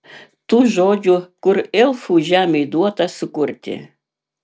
tų žodžių kur elfų žemei duota sukurti